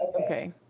Okay